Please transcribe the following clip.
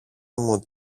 μου